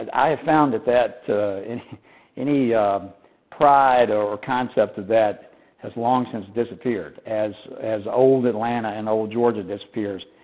and i have found that that any any pride or concept of that has long since disappeared as as old atlanta and old georgia disappears,